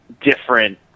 different